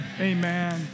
amen